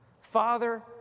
Father